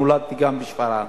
גם נולדתי בשפרעם.